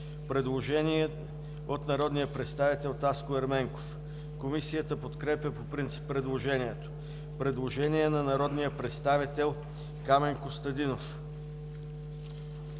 Предложение на народния представител Таско Ерменков. Комисията подкрепя по принцип предложението. Предложение на народния представител Камен Костадинов.